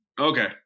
Okay